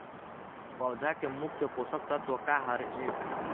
पौधा के मुख्य पोषकतत्व का हर हे?